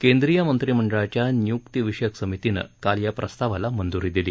केंद्रीय मंत्रिमंडळाच्या नियुक्ती विषयक समितीने काल या प्रस्तावाला मंजुरी दिली